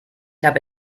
habe